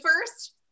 first